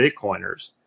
Bitcoiners